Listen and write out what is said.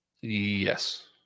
Yes